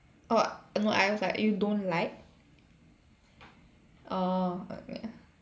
orh no I was like you don't like oh ok